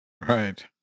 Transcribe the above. Right